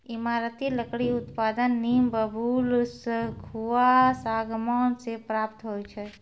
ईमारती लकड़ी उत्पादन नीम, बबूल, सखुआ, सागमान से प्राप्त होय छै